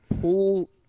pull